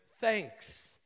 thanks